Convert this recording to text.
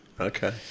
okay